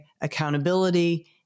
accountability